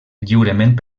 lliurement